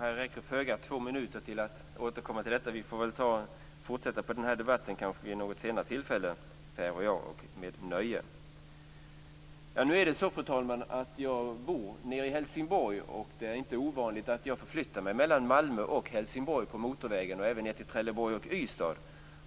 Fru talman! Två minuter räcker föga för att återkomma till detta. Vi får kanske fortsätta på denna debatt vid något senare tillfälle, Per och jag. Det gör jag med nöje. Fru talman! Jag bor nere i Helsingborg. Det är inte ovanligt att jag förflyttar mig mellan Malmö och Helsingborg på motorvägen, och jag åker även ner till Trelleborg och Ystad.